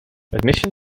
admission